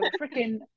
freaking